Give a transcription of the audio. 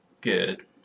good